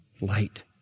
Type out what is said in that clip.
light